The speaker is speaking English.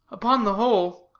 upon the whole,